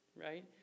right